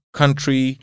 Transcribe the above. country